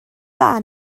dda